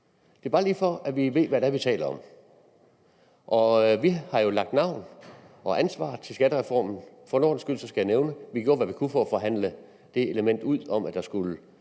jeg bare lige, for at vi ved, hvad det er, vi taler om. Vi har jo lagt navn til og taget ansvar for skattereformen. For en god ordens skyld skal jeg nævne, at vi gjorde, hvad vi kunne, for at forhandle det element ud om, at der skulle